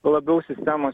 labiausiau sistemos